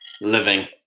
living